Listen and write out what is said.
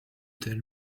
tell